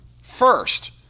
first